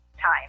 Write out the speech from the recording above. time